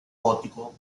gótico